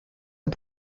are